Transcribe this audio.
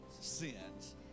sins